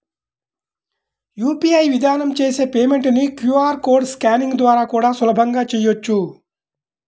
UPI విధానం చేసే payment ని క్యూ.ఆర్ కోడ్ స్కానింగ్ ద్వారా కూడా సులభంగా చెయ్యొచ్చు